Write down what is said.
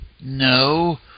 No